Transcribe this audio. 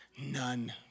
None